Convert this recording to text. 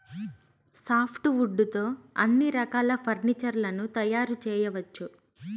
soft wood తో అన్ని రకాల ఫర్నీచర్ లను తయారు చేయవచ్చు